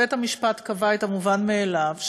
בית-המשפט קבע את המובן מאליו,